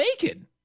bacon